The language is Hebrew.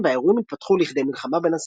והאירועים התפתחו לכדי מלחמה בין הצדדים.